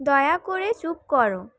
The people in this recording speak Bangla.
দয়া করে চুপ করো